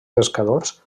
pescadors